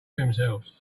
themselves